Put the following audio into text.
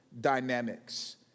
dynamics